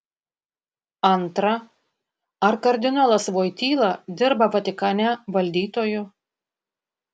antra ar kardinolas voityla dirba vatikane valdytoju